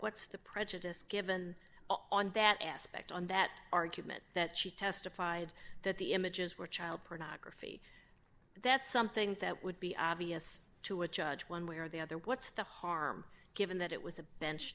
what's the prejudice given on that aspect on that argument that she testified that the images were child pornography that's something that would be obvious to a judge one way or the other what's the harm given that it was a bench